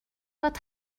fod